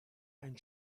ein